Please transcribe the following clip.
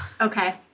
okay